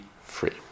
free